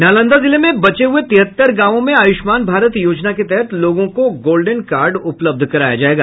नालंदा जिले में बचे हुए तिहत्तर गांवों में आयुष्मान भारत योजना के तहत लोगों को गोल्डेन कार्ड उपलब्ध कराया जायेगा